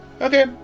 Okay